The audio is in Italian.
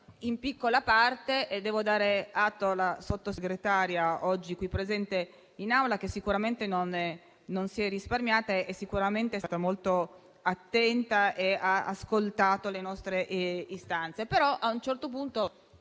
in piccola parte. Devo dare atto alla Sottosegretaria oggi presente in Aula, che sicuramente non si è risparmiata; è stata molto attenta ed ha ascoltato le nostre istanze. A un certo punto